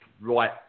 right